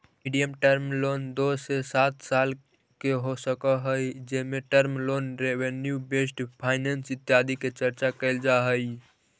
medium term loan दो से सात साल के हो सकऽ हई जेमें term loan revenue based finance इत्यादि के चर्चा कैल जा हई